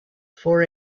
for